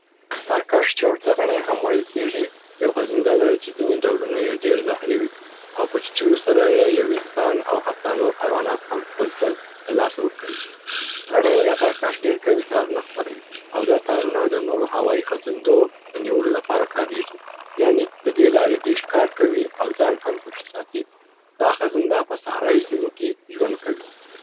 تارکښ چې ورته غڼې هم ویل کیږي، یو خزینده ده چې ځیني ډولونه یې ډېر زهري وي او په چیچلو سره یو انسان او حتا نور حیوانات هم خپل ژوند له لاسه ورکوي. غڼې یا تارکښ ډېر قوي تارونه خپروي او دا تارونه د نورو هوايي خزندو د نیولو لپاره کاریږي. یعني د دې لاري دوی ښکار کوي او ځان هم پکښي ساتي. دا خزنده په سحرايي سیمو کي ژوند کوي.